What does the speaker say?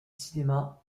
cinéma